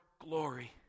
glory